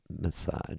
massage